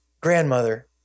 grandmother